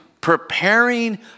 preparing